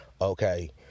okay